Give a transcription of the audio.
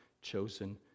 chosen